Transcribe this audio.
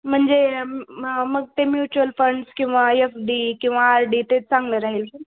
म्हणजे म मग ते म्युचुअल फंड्स किंवा यफ डी किंवा आर डी ते चांगलं राहील का